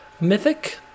mythic